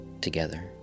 together